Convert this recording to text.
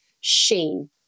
sheen